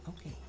Okay